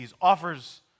offers